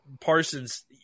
Parsons –